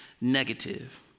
negative